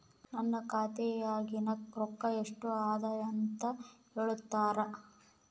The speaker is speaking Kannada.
ನನ್ನ ಖಾತೆಯಾಗಿನ ರೊಕ್ಕ ಎಷ್ಟು ಅದಾ ಅಂತಾ ಹೇಳುತ್ತೇರಾ?